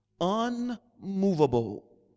unmovable